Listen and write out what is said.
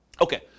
Okay